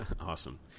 Awesome